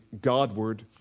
Godward